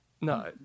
No